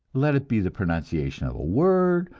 let it be the pronunciation of a word,